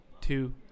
two